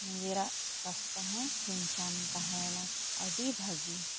ᱱᱤᱡᱮᱨᱟᱜ ᱥᱟᱥᱛᱨᱚ ᱦᱚᱸ ᱪᱷᱤᱢ ᱪᱷᱟᱢ ᱛᱟᱦᱮᱸ ᱮᱱᱟ ᱟᱹᱰᱤ ᱵᱷᱟᱹᱜᱤ